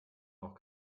noch